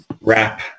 wrap